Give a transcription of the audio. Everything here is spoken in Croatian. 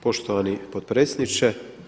Poštovani potpredsjedniče.